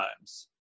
times